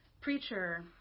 preacher